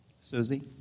Susie